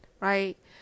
right